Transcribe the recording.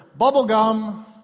bubblegum